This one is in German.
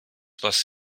was